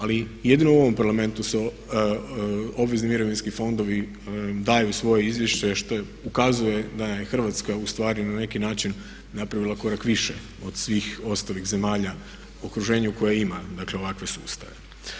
Ali jedino u ovom Parlamentu su obvezni mirovinski fondovi daju svoje izvješće što ukazuje da je Hrvatska ustvari na neki način napravila korak više od svih ostalih zemalja u okruženju koje imaju ovakve sustave.